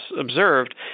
observed